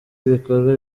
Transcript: ibikorwa